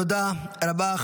תודה רבה.